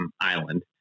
Island